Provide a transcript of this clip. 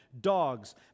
dogs